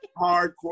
hardcore